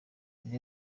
mbere